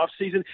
offseason